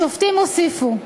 השופטים הוסיפו: